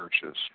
churches